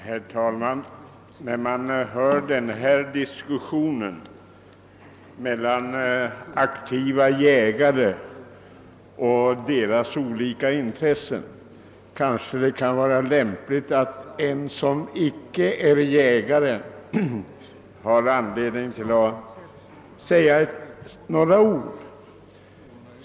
Herr talman! Det kanske är lämpligt att en person som icke är jägare får säga några ord i denna diskussion mellan aktiva jägare.